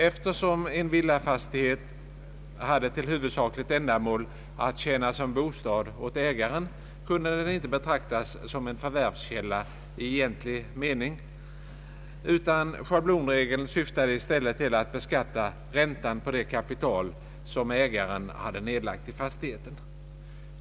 Eftersom en villafastighet hade till huvudsakligt ändamål att tjäna som bostad åt ägaren, kunde den inte betrak tas som en förvärvskälla i egentlig me ning. Schablonregeln syftade i stället till att beskatta räntan på det kapital som ägaren hade nedlagt i fastigheten.